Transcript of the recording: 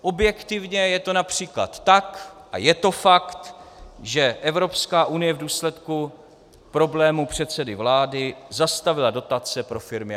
Objektivně je to například tak, a je to fakt, že Evropská unie v důsledku problémů předsedy vlády zastavila dotace pro firmy Agrofertu.